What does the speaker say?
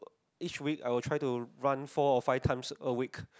each week I will try to run four or five times a week